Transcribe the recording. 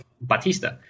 batista